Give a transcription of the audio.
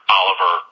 oliver